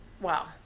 Wow